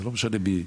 זה לא משנה מי.